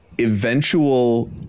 eventual